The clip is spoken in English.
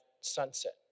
sunset